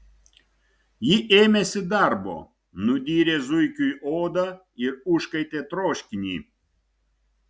ji ėmėsi darbo nudyrė zuikiui odą ir užkaitė troškinį